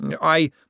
I